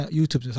YouTube